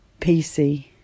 PC